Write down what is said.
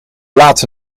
late